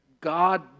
God